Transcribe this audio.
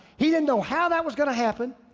he didn't know how that was gonna happen.